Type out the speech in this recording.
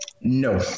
No